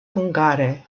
hungare